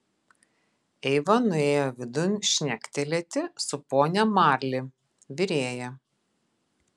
eiva nuėjo vidun šnektelėti su ponia marli virėja